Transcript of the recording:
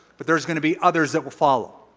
but there's going to be others that will follow.